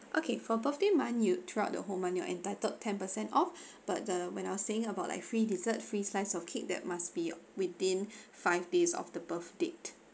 okay for birthday month you'd throughout the whole month you are entitled ten percent off but the when I was saying about like free dessert free slice of cake that must be within five days of the birth date